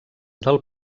del